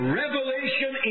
revelation